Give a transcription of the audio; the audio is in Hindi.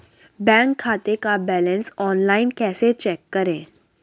बैंक खाते का बैलेंस ऑनलाइन कैसे चेक करें?